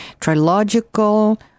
trilogical